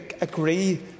agree